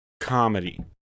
comedy